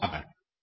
આપસૌનો આભાર